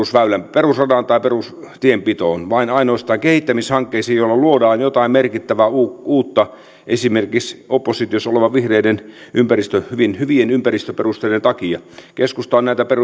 perusradan tai perustienpitoon vaan ainoastaan kehittämishankkeisiin joilla luodaan jotain merkittävää uutta esimerkiksi oppositiossa olevien vihreiden hyvien ympäristöperusteiden takia keskusta on näitä